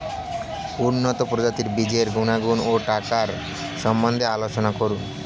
উন্নত প্রজাতির বীজের গুণাগুণ ও টাকার সম্বন্ধে আলোচনা করুন